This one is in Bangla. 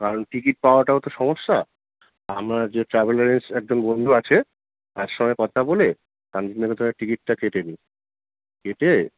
কারণ টিকিট পাওয়াটাও তো সমস্যা আমার যে ট্রাভেলারের একজন বন্ধু আছে তার সঙ্গে কথা বলে শান্তিনিকেতনের টিকিটটা কেটে নিই কেটে